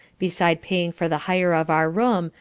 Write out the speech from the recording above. beside paying for the hire of our room,